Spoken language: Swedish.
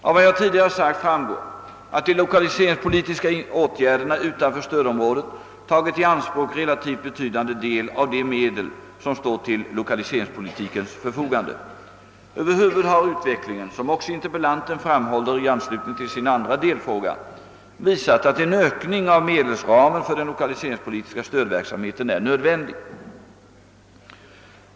Av vad jag tidigare sagt framgår att de = lokaliseringspolitiska åtgärderna utanför stödområdet tagit i anspråk relativt betydande del av de medel, som står till lokaliseringspolitikens förfogande. Över huvud har utvecklingen — som också interpellanten framhåller i anslutning till sin andra delfråga visat, att en ökning av medelsramen för den lokaliseringspolitiska stödverksamheten är nödvändig.